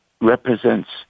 represents